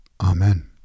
Amen